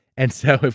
and so,